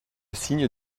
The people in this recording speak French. signe